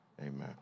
amen